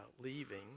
leaving